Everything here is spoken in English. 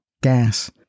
gas